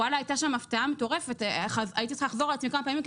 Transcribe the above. הייתה שם הפתעה מטורפת הייתי צריכה לחזור על עצמי כמה פעמים,